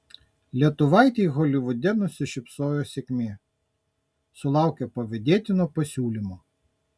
lietuvaitei holivude nusišypsojo sėkmė sulaukė pavydėtino pasiūlymo